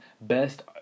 best